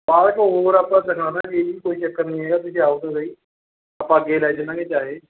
ਜੀ ਕੋਈ ਚੱਕਰ ਨਹੀਂ ਹੈਗਾ ਤੁਸੀਂ ਆਉ ਤਾਂ ਸਹੀ ਆਪਾਂ ਅੱਗੇ ਲੈ ਚੱਲਾਂਗੇ ਚਾਹੇ